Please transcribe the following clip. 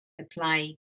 apply